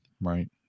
right